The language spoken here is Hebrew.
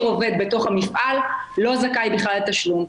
עובד בתוך המפעל לא זכאי בכלל לתשלום.